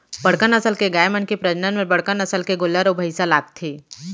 बड़का नसल के गाय मन के प्रजनन बर बड़का नसल के गोल्लर अउ भईंसा लागथे